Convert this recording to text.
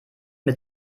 mit